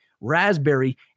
raspberry